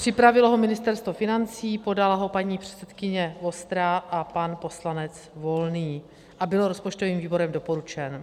Připravilo ho Ministerstvo financí, podala ho paní předsedkyně Vostrá a pan poslanec Volný a byl rozpočtovým výborem doporučen.